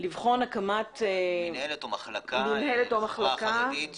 הקמת מינהלת או מחלקה